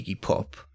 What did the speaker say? Pop